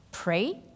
Pray